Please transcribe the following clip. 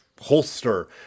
holster